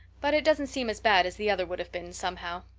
but it doesn't seem as bad as the other would have been, somehow,